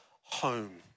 home